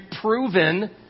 proven